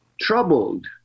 troubled